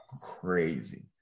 crazy